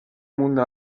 mundo